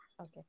okay